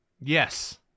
Yes